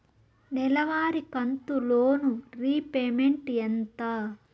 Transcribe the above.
నెలవారి కంతు loan repayment ఎంత?